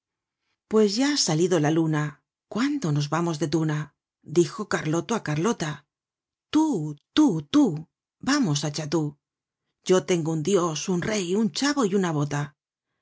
pues ya ha salido la lima cuándo nos vamos de tuna dijo carloto á carlota tú tú tú vamos á chatú yo tengo un dios un rey un chavo y una hola